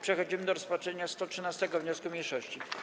Przechodzimy do rozpatrzenia 113. wniosku mniejszości.